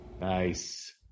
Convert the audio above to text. Nice